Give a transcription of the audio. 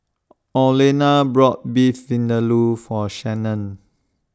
Orlena bought Beef Vindaloo For Shanon